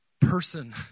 Person